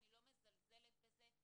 אני לא מזלזלת בזה,